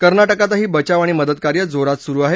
कर्नाटकातही बचाव आणि मदतकार्य जोरात सुरु आहे